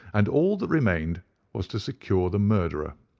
and all that remained was to secure the murderer.